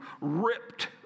ripped